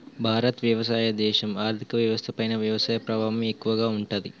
భారత్ వ్యవసాయ దేశం, ఆర్థిక వ్యవస్థ పైన వ్యవసాయ ప్రభావం ఎక్కువగా ఉంటది